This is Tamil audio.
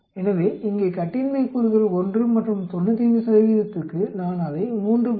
எனவே இங்கே கட்டின்மை கூறுகள் 1 மற்றும் 95 க்கு நான் அதை 3